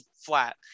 flat